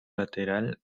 lateral